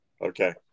Okay